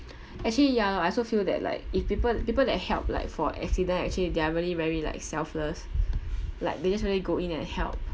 actually ya lor I also feel that like if people people that help like for accident actually they are really very like selfless like they just really go in and help